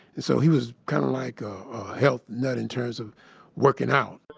so, he was kind of like a, a health nut in terms of working out.